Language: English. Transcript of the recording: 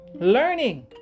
learning